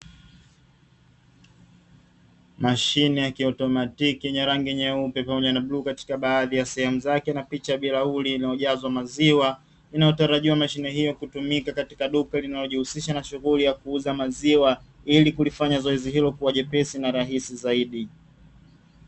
Mashine ya kiautomatiki yenye rangi nyeupe pamoja na bluu katika baadhi ya sehemu zake na picha ya bilauri inayojazwa maziwa, inayotarajiwa mashine hiyo kutumika katika duka linalojihusisha na shughuli ya kuuza maziwa, ili kulifanya zoezi hilo kuwa jepesi na rahisi zaidi.